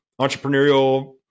entrepreneurial